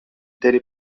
telle